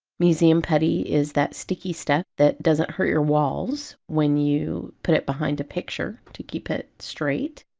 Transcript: museum putty is that sticky stuff that doesn't hurt your walls when you put it behind a picture to keep it straight,